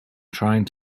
trying